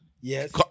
yes